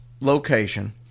location